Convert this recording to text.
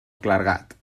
clergat